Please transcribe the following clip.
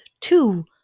two